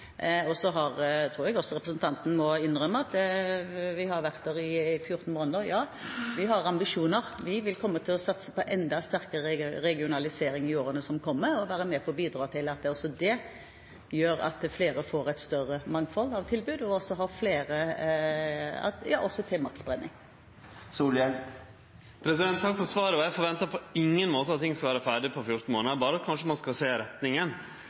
vi har vært i regjering i 14 måneder, som også representanten må innrømme, og vi har ambisjoner. Vi vil satse på enda sterkere regionalisering i årene som kommer, og være med på å bidra til at også det gjør at flere får et større mangfold av tilbud, og vi vil bidra til maktspredning. Takk for svaret. Eg forventar på ingen måte at ting skal vere ferdige etter 14 månader, men at ein kanskje